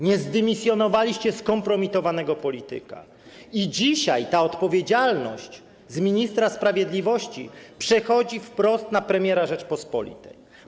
Nie zdymisjonowaliście skompromitowanego polityka i dzisiaj ta odpowiedzialność z ministra sprawiedliwości przechodzi wprost na premiera Rzeczypospolitej.